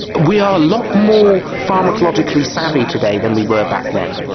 we are a lot more pharmacologically savvy today than we were back then.